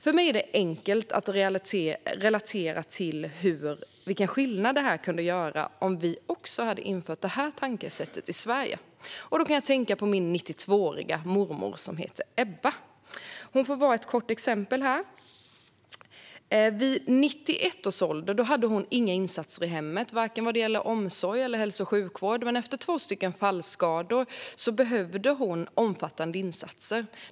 För mig är det enkelt att relatera till vilken skillnad det kunde göra om vi hade infört detta tankesätt också i Sverige. Jag tänker på min 92-åriga mormor, som heter Ebba. Hon får vara ett kort exempel. Vid 91 års ålder hade hon inga insatser i hemmet, vare sig omsorg eller hälso och sjukvård. Men efter två fallskador behövde hon omfattande insatser.